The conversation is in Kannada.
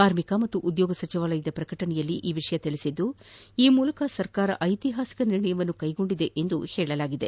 ಕಾರ್ಮಿಕ ಮತ್ತು ಉದ್ಯೋಗ ಸಚಿವಾಲಯದ ಪ್ರಕಟಣೆಯಲ್ಲಿ ಈ ವಿಷಯ ತಿಳಿಸಿದ್ದುದೀ ಮೂಲಕ ಸರ್ಕಾರ ಐತಿಹಾಸಿಕ ನಿರ್ಣಯವನ್ನು ಕೈಗೊಂಡಿದೆ ಎಂದು ಹೇಳಿದೆ